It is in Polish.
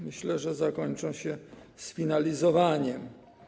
Myślę, że zakończą się one sfinalizowaniem.